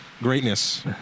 greatness